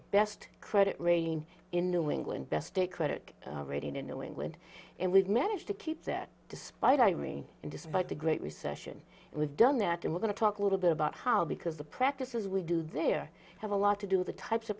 best credit rating in new england best a credit rating in new england and we've managed to keep that despite irene and despite the great recession we've done that and we're going to talk a little bit about how because the practices we do there have a lot to do the types of